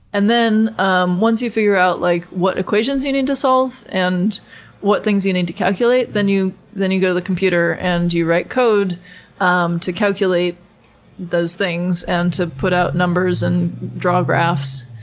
then um once you figure out like what equations you need to solve, and what things you need to calculate, then you then you go to the computer and you write code um to calculate those things, and to put out numbers and draw graphs.